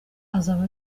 azaba